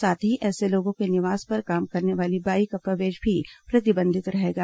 साथ ही ऐसे लोगों के निवास पर काम करने वाली बाई का प्रवेश भी प्रतिबंधित रहेगा